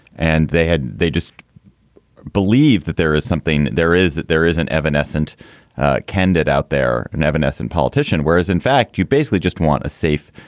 and they had they just believe that there is something there is that there is an evanescent candide out there, never evanescent politician, whereas in fact, you basically just want a safe,